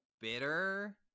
bitter